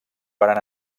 varen